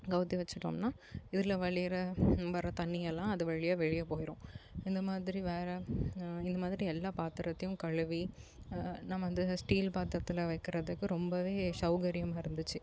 கவுத்தி வச்சிட்டோம்னால் இதில் வழியிற வர தண்ணியெல்லாம் அது வழியாக வெளிய போயிடும் இந்த மாதிரி வேற இது மாதிரி எல்லா பாத்திரத்தையும் கழுவி நம்ம அந்த ஸ்டீல் பாத்திரத்துல வைக்கிறதுக்கு ரொம்பவே சௌகரியமாக இருந்துச்சு